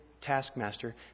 taskmaster